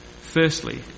Firstly